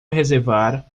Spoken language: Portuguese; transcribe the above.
reservar